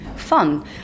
fun